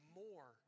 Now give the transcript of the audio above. more